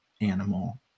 animal